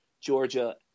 Georgia